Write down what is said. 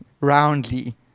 roundly